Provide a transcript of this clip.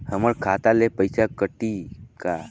हमर खाता से पइसा कठी का?